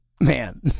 man